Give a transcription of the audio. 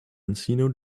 encino